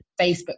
Facebook